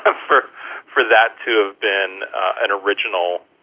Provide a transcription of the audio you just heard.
ah for for that to have been an original,